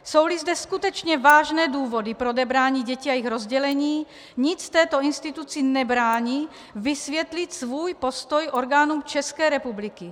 Jsouli zde skutečně vážné důvody pro odebrání dětí a jejich rozdělení, nic této instituci nebrání vysvětlit svůj postoj orgánům České republiky.